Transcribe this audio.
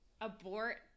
abort